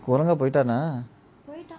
koranga போயிட்டான:poitana